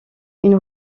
une